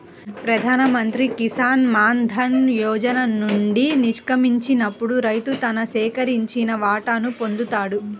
ప్రధాన్ మంత్రి కిసాన్ మాన్ ధన్ యోజన నుండి నిష్క్రమించినప్పుడు రైతు తన సేకరించిన వాటాను పొందుతాడు